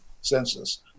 census